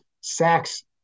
sacks